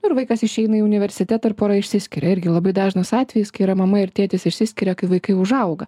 ir vaikas išeina į universitetą ir pora išsiskiria irgi labai dažnas atvejis kai yra mama ir tėtis išsiskiria kai vaikai užauga